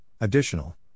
additional